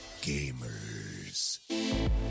gamers